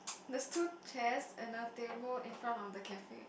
there's two chairs and a table in front of the cafe